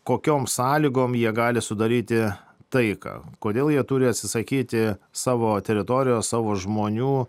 kokiom sąlygom jie gali sudaryti taiką kodėl jie turi atsisakyti savo teritorijos savo žmonių